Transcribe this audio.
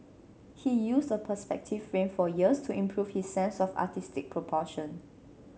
he used a perspective frame for years to improve his sense of artistic proportion